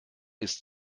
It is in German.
ist